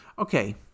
Okay